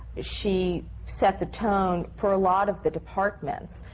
she set the tone for a lot of the departments.